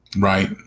Right